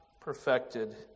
perfected